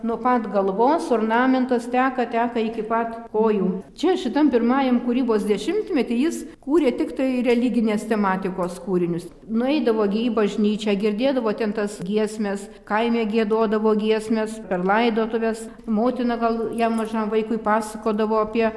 nuo pat galvos ornamentas teka teka iki pat kojų čia šitam pirmajam kūrybos dešimtmety jis kūrė tiktai religinės tematikos kūrinius nueidavo gi į bažnyčią girdėdavo ten tas giesmes kaime giedodavo giesmes per laidotuves motina gal jam mažam vaikui pasakodavo apie